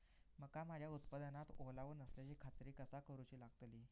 मका माझ्या उत्पादनात ओलावो नसल्याची खात्री कसा करुची लागतली?